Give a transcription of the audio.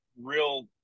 real